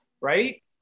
right